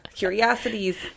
Curiosities